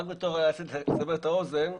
אנחנו לא יכולים לפגוע בטבע וליצור באמת זה ביזיון,